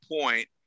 point